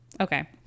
Okay